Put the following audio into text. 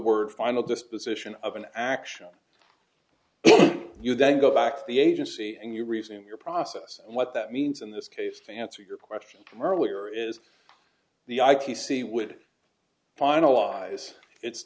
word final disposition of an action you then go back to the agency and your reasoning your process and what that means in this case fancy your question from earlier is the i p c c would finalize it